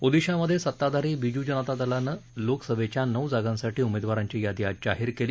ओदिशामधे सताधारी बिजू जनता दलानं लोकसभेच्या नऊ जागांसाठी उमेदवारांची यादी आज जाहीर केली